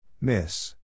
Miss